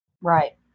Right